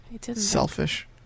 Selfish